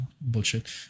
Bullshit